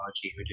Technology